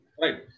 Right